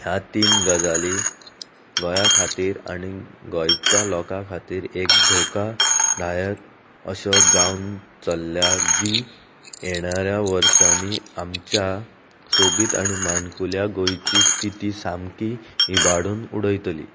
ह्या तीन गजाली गोंया खातीर आनी गोंयच्या लोकां खातीर एक धोकादायक अश्यो जावन चल्ल्या जी येणार वर्सांनी आमच्या सोबीत आनी माणकुल्या गोंयची स्थिती सामकी इबाडून उडयतली